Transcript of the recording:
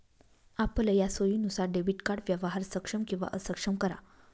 आपलया सोयीनुसार debit card व्यवहार सक्षम किंवा अक्षम करा